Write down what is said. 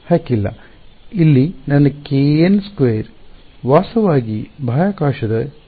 ಹಕ್ಕಿಲ್ಲ ಇಲ್ಲಿ ನನ್ನ kn2 ವಾಸ್ತವವಾಗಿ ಬಾಹ್ಯಾಕಾಶದ kn2εr ಕಾರ್ಯವಾಗಿತ್ತು